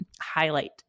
highlight